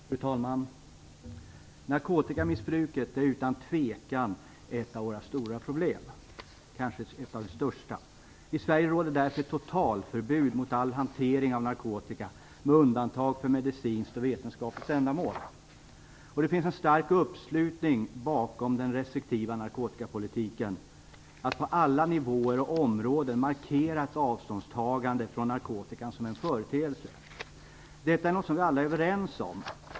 Fru talman! Narkotikamissbruket är utan tvekan ett av vår tids stora problem, kanske rent av det största. I Sverige råder därför totalförbud mot all hantering av narkotika med undantag för medicinskt och vetenskapligt ändamål. Det finns en stark uppslutning bakom den restriktiva narkotikapolitiken att på alla nivåer och områden markera ett avståndstagande från narkotikan som företeelse. Detta är något som vi alla är överens om.